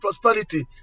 prosperity